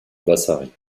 vasari